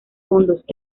fondos